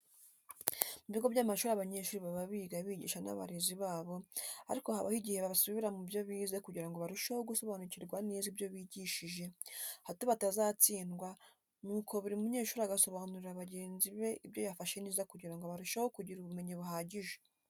Mu bigo by'amashuri abanyeshuri baba biga bigisha n'abarezi babo ariko habaho igihe basubira mu byo bize kugira ngo barusheho gusobanukirwa neza ibyo bigishwije hato batazatsindwa nuko buri munyeshuri agasobanurira bagenzi be ibyo yafashe neza kugira ngo barusheho kugira ubumenyi buhagije.